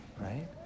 right